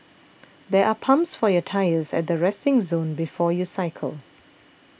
there are pumps for your tyres at the resting zone before you cycle